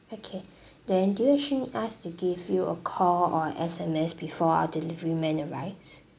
okay then do you actually need us to give you a call or a S_M_S before our delivery man arrives